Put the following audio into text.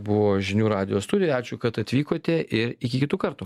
buvo žinių radijo studijoj ačiū kad atvykote ir iki kitų kartų